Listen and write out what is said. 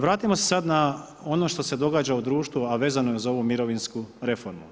Vratimo se sad na ono što se događa u društvu a vezano je za ovu mirovinsku reformu.